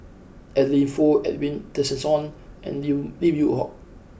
Adeline Foo Edwin Tessensohn and Lim Lim Yew Hock